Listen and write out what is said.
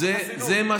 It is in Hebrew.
זה מה,